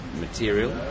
material